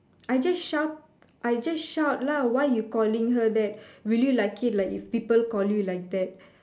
I just shout I just shout lah why you calling her that will you like it if people call you like that